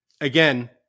Again